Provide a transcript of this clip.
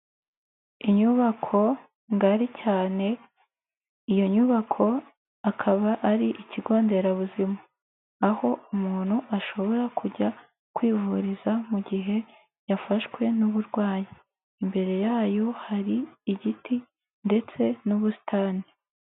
Inyubako ngari cyane, iyo nyubako akaba ari ikigo nderabuzima, aho umuntu ashobora kujya kwivuriza mu gihe yafashwe n'uburwayi, imbere yayo hari igiti ndetse n'ubusitani.